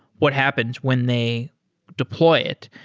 what happens when they deploy it?